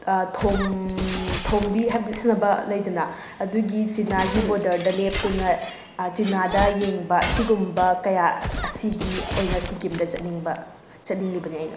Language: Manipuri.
ꯊꯣꯝ ꯊꯣꯝꯕꯤ ꯍꯥꯏꯕꯗꯤ ꯁꯥꯟꯅꯕ ꯂꯩꯗꯅ ꯑꯗꯨꯒꯤ ꯆꯤꯅꯥꯒꯤ ꯕꯣꯗꯔꯗ ꯂꯦꯞꯇꯨꯅ ꯆꯤꯅꯥꯗ ꯌꯦꯡꯕ ꯑꯁꯤꯒꯨꯝꯕ ꯀꯌꯥ ꯑꯁꯤꯒꯤ ꯑꯣꯏꯅ ꯁꯤꯀꯤꯝꯗ ꯆꯠꯅꯤꯡꯕ ꯆꯠꯅꯤꯡꯂꯤꯕꯅꯤ ꯑꯩꯅ